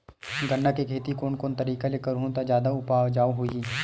गन्ना के खेती कोन कोन तरीका ले करहु त जादा उपजाऊ होही?